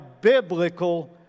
biblical